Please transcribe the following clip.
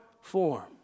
form